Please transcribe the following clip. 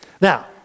Now